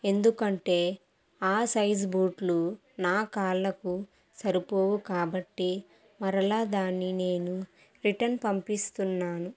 ఎందుకంటే ఆ సైజు బూట్లు నా కాళ్ళకు సరిపోవు కాబట్టి మరలా దాన్ని నేను రిటర్న్ పంపిస్తున్నాను